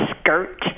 skirt